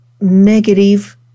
negative